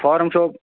form چھُو